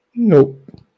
Nope